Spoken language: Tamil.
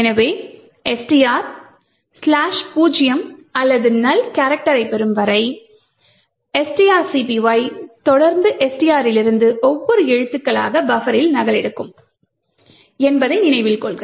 எனவே STR ' 0' அல்லது நல் கேரக்டரை பெறும் வரை strcpy தொடர்ந்து STR இலிருந்து ஒவ்வொரு எழுத்துக்களாக பஃபரில் நகலெடுக்கும் என்பதை நினைவில் கொள்க